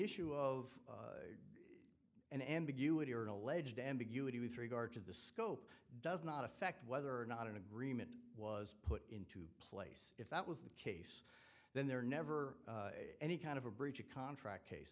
issue of an ambiguity or an alleged ambiguity with regard to the scope does not affect whether or not an agreement was put into place if that was the case then there never any kind of a breach of contract case